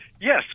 Yes